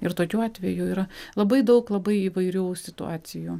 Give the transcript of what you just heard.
ir tokių atvejų yra labai daug labai įvairių situacijų